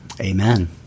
Amen